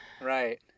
right